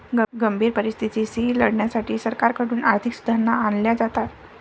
गंभीर परिस्थितीशी लढण्यासाठी सरकारकडून आर्थिक सुधारणा आणल्या जातात